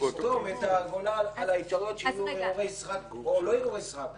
נסתום את הגולל על האפשרויות שיהיו ערעורי סרק או לא ערעורי סרק.